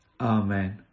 Amen